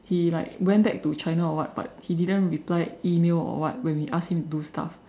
he like went back to China or what but he didn't reply email or what when we asked him to do stuff